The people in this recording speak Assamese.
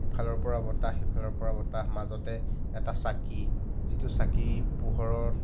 ইফালৰপৰা বতাহ সিফালৰপৰা বতাহ মাজতে এটা চাকি যিটো চাকি পোহৰত